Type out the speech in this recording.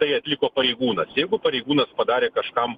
tai atliko pareigūnas jeigu pareigūnas padarė kažkam